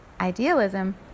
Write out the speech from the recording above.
idealism